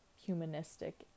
humanistic